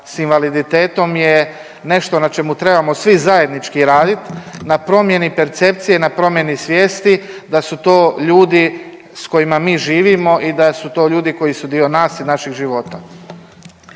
s invaliditetom je nešto na čemu trebamo svi zajednički radit na promjeni percepcije i na promjeni svijesti da su to ljudi s kojima mi živimo i da su to ljudi koji su dio nas i našeg života.